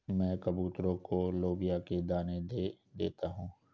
मैं कबूतरों को लोबिया के दाने दे देता हूं